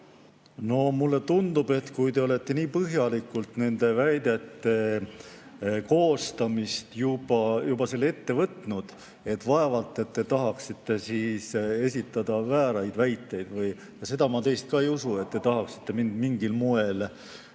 Mulle tundub, et kui te olete nii põhjalikult nende väidete sõnastamise juba ette võtnud, siis vaevalt te tahaksite esitada vääraid väiteid. Ja seda ma teist ka ei usu, et te tahaksite mind mingil moel